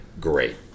great